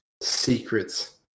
Secrets